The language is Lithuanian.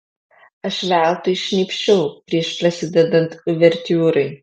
aš veltui šnypščiau prieš prasidedant uvertiūrai